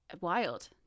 wild